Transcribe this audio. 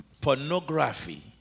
pornography